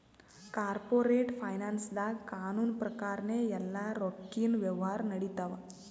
corporate ಫೈನಾನ್ಸ್ದಾಗ್ ಕಾನೂನ್ ಪ್ರಕಾರನೇ ಎಲ್ಲಾ ರೊಕ್ಕಿನ್ ವ್ಯವಹಾರ್ ನಡಿತ್ತವ